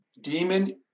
Demon